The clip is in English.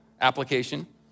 application